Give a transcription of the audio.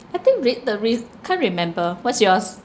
I think reed the wreath can't remember what's yours